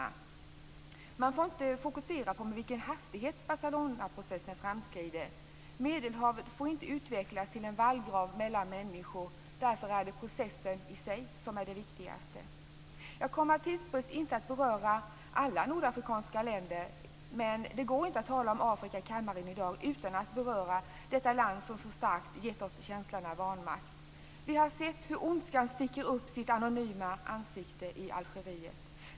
Man får inte fokusera på vilken hastighet Barcelonaprocessen framskrider med. Medelhavet får inte utvecklas till en vallgrav mellan människor. Därför är det processen i sig som är viktigast. Jag kommer av tidsbrist inte att beröra alla nordafrikanska länder, men det går inte att tala om Afrika i kammaren i dag utan att beröra detta land som så starkt gett oss känslan av vanmakt. Vi har sett hur ondskan sticker upp sitt anonyma ansikte i Algeriet.